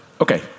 okay